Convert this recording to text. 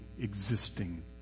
existing